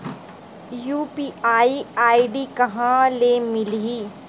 UPI ID कहां ले मिलही?